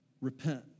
repent